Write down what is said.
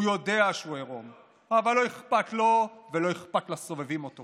הוא יודע שהוא עירום אבל לא אכפת לו ולא אכפת לסובבים אותו,